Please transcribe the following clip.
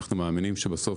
אנחנו מאמינים שבסוף,